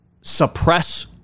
suppress